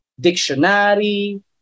dictionary